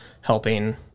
helping